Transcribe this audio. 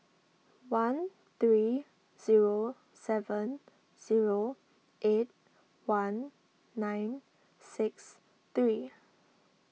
one three zero seven zero eight one nine six three